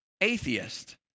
atheist